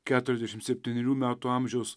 keturiasdešim septynerių metų amžiaus